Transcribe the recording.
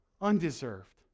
undeserved